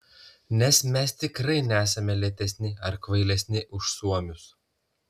nes mes tikrai nesame lėtesni ar kvailesni už suomius